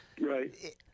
right